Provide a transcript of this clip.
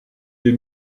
des